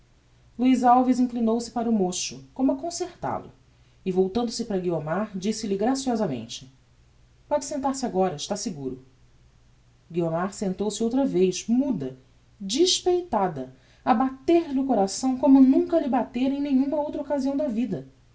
luiz alves inclinou-se para o mocho como a concertal o e voltando-se para guiomar disse-lhe graciosamente pode sentar se agora está seguro guiomar sentou-se outra vez muda despeitada a bater-lhe o coração como nunca lhe batera em nenhuma outra occasião da vida